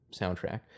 soundtrack